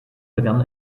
begann